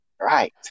Right